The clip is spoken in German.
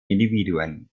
individuen